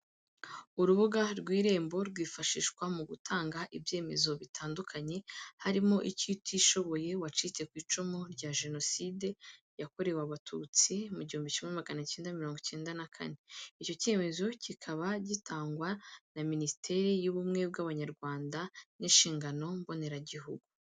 Urubuga rw'Irembo rwifashishwa mu gutanga ibyemezo bitandukanye harimo icy'utishoboye wacitse ku icumu rya Jenoside yakorewe abatutsi mu gihumbi kimwe magana icyenda na mirongo icyenda na kane. Icyo cyemezo kikaba gitangwa na minisiteri y'ubumwe bw'abanyarwanda n'inshingano mboneragihugu.